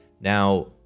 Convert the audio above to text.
Now